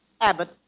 Abbott